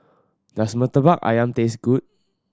does Murtabak Ayam taste good